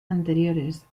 anteriores